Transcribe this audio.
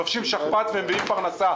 ללבוש שכפ"ץ ולהביא פרנסה.